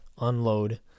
unload